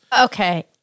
Okay